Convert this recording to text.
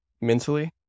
mentally